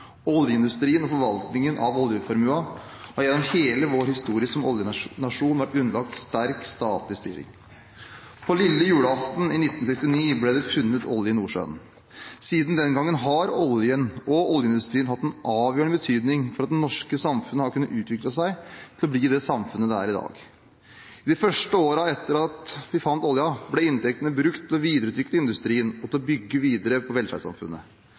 Oljeindustrien og forvaltningen av oljeformuen har gjennom hele vår historie som oljenasjon vært underlagt sterk statlig styring. På lille julaften 1969 ble det funnet olje i Nordsjøen. Siden den gangen har oljen og oljeindustrien hatt en avgjørende betydning for at det norske samfunnet har kunnet utvikle seg til å bli det samfunnet det er i dag. De første årene etter at vi fant oljen, ble inntektene brukt til å videreutvikle industrien og til å bygge videre på velferdssamfunnet.